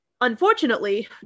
Unfortunately